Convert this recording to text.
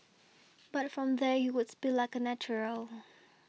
but from there he would speak like a natural